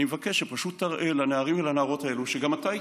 אני מבקש שפשוט תראה לנערים ולנערות האלה שגם אתה איתם,